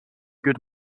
good